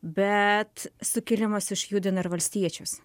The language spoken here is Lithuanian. bet sukilimas išjudina ir valstiečius